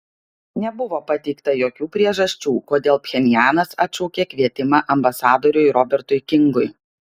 nebuvo pateikta jokių priežasčių kodėl pchenjanas atšaukė kvietimą ambasadoriui robertui kingui